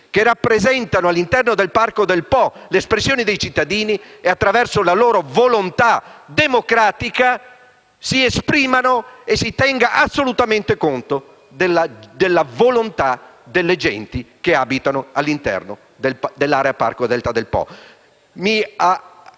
che, all’interno del Parco, sono l’espressione dei cittadini. Attraverso la loro volontà democratica si esprimano e si tenga assolutamente conto della volontà delle genti che abitano all’interno dell’area Parco del Delta del Po.